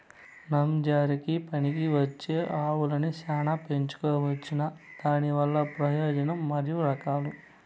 నంజరకి పనికివచ్చే ఆవులని చానా పెంచుకోవచ్చునా? దానివల్ల ప్రయోజనం మరియు రకాలు?